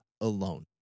alone